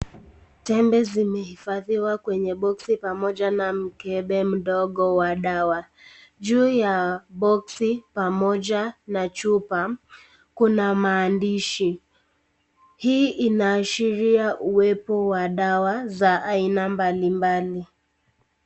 Tembe zimehifadhiwa kwenye boksi pamoja na mkebe mdogo wa dawa. Juu ya boksi pamoja na chupa, kuna maandishi. Hii inaashiria uwepo wa dawa za aina mbalimbali.